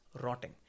rotting